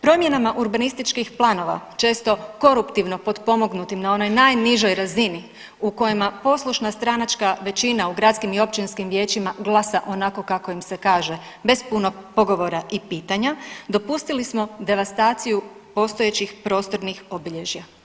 Promjenama urbanističkih planova često koruptivno potpomognutim na onoj najnižoj razini u kojima poslušna stranačka većina u gradskim i općinskim vijećima glasa onako kako im se kaže bez puno pogovora i pitanja dopustili smo devastaciju postojećih prostornih obilježja.